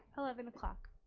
eleven o'clock,